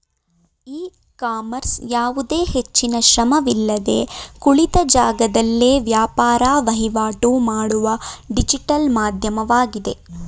E commerce ಯಾವುದೇ ಹೆಚ್ಚಿನ ಶ್ರಮವಿಲ್ಲದೆ ಕುಳಿತ ಜಾಗದಲ್ಲೇ ವ್ಯಾಪಾರ ವಹಿವಾಟು ಮಾಡುವ ಡಿಜಿಟಲ್ ಮಾಧ್ಯಮವಾಗಿದೆ